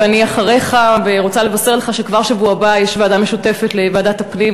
ואני אחריך ורוצה לבשר לך שכבר בשבוע הבא ועדה משותפת לוועדת הפנים